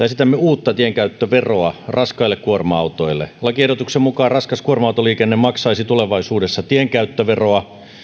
esitämme uutta tienkäyttöveroa raskaille kuorma autoille lakiehdotuksen mukaan raskas kuorma autoliikenne maksaisi tulevaisuudessa tienkäyttöveroa